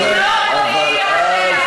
זה באגף השני.